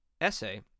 essay